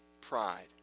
pride